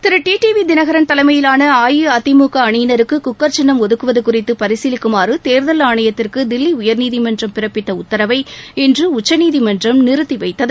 திரு TTV Dinakaran தலைமையிலான அஇஅதிமுக அணியினருக்கு குக்கர் சின்னம் ஒதுக்குவது குறித்து பரிசீலிக்குமாறு தேர்தல் ஆணையத்திற்கு தில்லி உயர்நீதிமன்றம் பிறப்பித்த உத்தரவை இன்று உச்சநீதிமன்றம் நிறுத்திவைத்தது